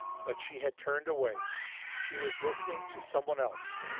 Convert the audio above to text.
but she had turned away she was listening to some one else.